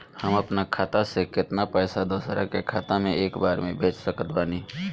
हम अपना खाता से केतना पैसा दोसरा के खाता मे एक बार मे भेज सकत बानी?